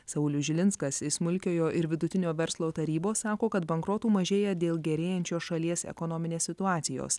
saulius žilinskas iš smulkiojo ir vidutinio verslo tarybos sako kad bankrotų mažėja dėl gerėjančios šalies ekonominės situacijos